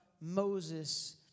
Moses